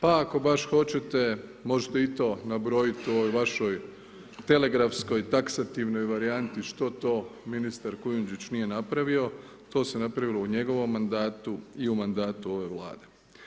Pa ako baš hoćete, možete i to nabrojiti u ovoj vašoj telegrafskoj taksativnoj varijanti što to ministar Kujundžić nije napravio, to se napravilo u njegovom mandatu i u mandatu ove Vlade.